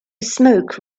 smoke